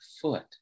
foot